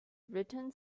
written